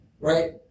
right